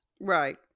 Right